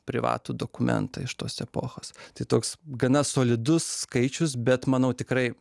privatų dokumentą iš tos epochos tai toks gana solidus skaičius bet manau tikrai